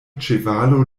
ĉevalo